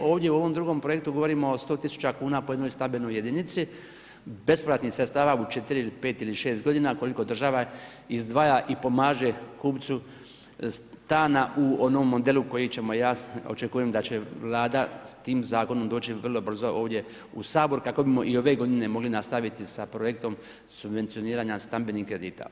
Ovdje u ovom drugom projektu govorimo o 100 000 kuna po jednoj stambenoj jedinici bespovratnih sredstava u 4, 5, 6 godina, koliko država izdvaja i pomaže kupcu stana u onom modelu koji ja očekujem da će Vlada s tim zakonom doći vrlo brzo ovdje u Sabor kako bismo i ove godine mogli nastaviti sa projektom subvencioniranja stambenih kredita.